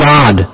God